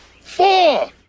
Four